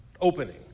opening